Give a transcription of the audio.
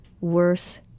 worse